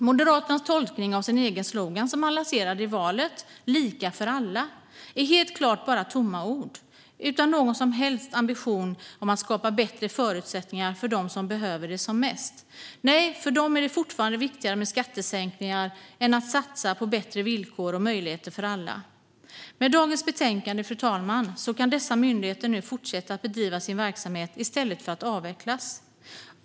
Moderaternas tolkning av sin egen slogan som man lanserade i valet - Lika för alla - är helt klart bara tomma ord utan någon som helst ambition att skapa bättre förutsättningar för dem som behöver det som mest. Nej, för dem är det fortfarande viktigare med skattesänkningar än att satsa på bättre villkor och möjligheter för alla. Fru talman! Med dagens betänkande kan dessa myndigheter nu fortsätta att bedriva sin verksamhet i stället för att avvecklas. Fru talman!